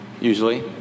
Usually